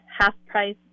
Half-price